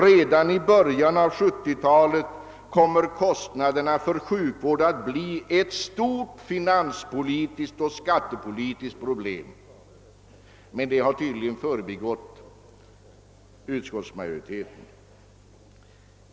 Redan i början av 70-talet kommer kostnaderna för sjukvård att bli ett stort finanspolitiskt och skattepolitiskt problem.» Detta har tydligen förbigått utskottsmajoriteten.